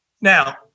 Now